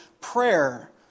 prayer